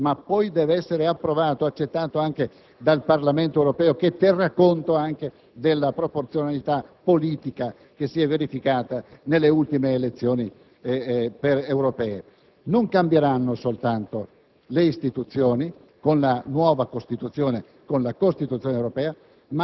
sarà designato sì dal Consiglio europeo a maggioranza qualificata ma poi deve essere accettato dal Parlamento europeo, che terrà conto anche della proporzionalità politica che si è verificata nelle ultime elezioni europee. Con la Costituzione